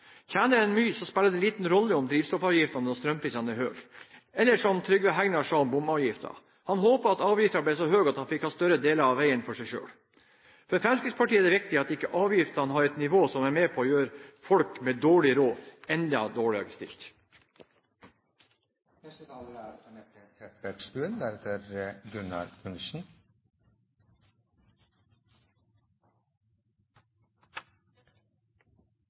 en mye, spiller det liten rolle om drivstoffavgiftene og strømprisene er høye, eller som Trygve Hegnar sa om bomavgiftene: Han håpet at avgiftene ble så høye at han fikk ha større deler av veien for seg selv. For Fremskrittspartiet er det viktig at ikke avgiftene har et nivå som er med på å gjøre folk med dårlig råd, enda dårligere